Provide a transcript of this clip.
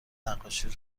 نقاشی